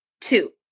Two